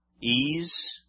ease